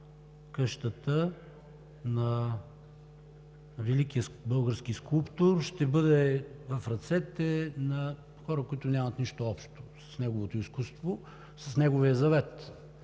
къщата на великия български скулптор ще бъде в ръцете на хора, които нямат нищо общо с неговото изкуство, с неговия завет?